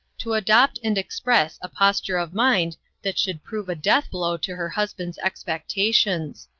to adopt and express a posture of mind that should prove a death-blow to her husband's expectations.